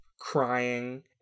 crying